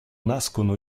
nascono